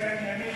תהיה ענייני.